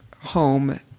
home